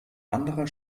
anderer